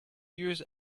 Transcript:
use